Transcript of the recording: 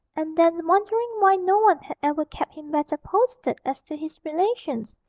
and then, wondering why no one had ever kept him better posted as to his relations,